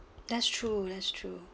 that's true that's true